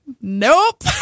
nope